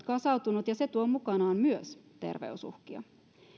kasautunut ja myös se tuo mukanaan terveysuhkia